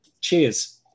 Cheers